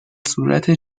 صورت